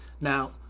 Now